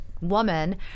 Woman